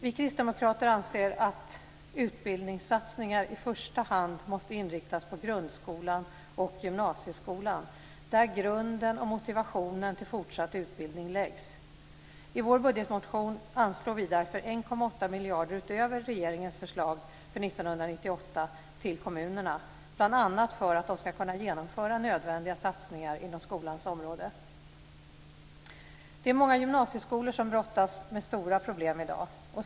Vi kristdemokrater anser att utbildningssatsningar i första hand måste inriktas på grundskolan och gymnasieskolan där grunden och motivationen till fortsatt utbildning läggs. I vår budgetmotion anslår vi därför 1,8 miljarder kronor utöver regeringens förslag för 1998 till kommunerna, bl.a. för att de skall kunna genomföra nödvändiga satsningar inom skolans område. Det är många gymnasieskolor som brottas med stora problem i dag.